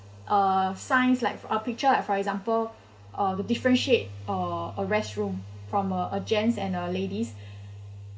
uh signs like for uh picture like for example uh the differentiate uh a restroom from a a gents and a ladies